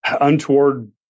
untoward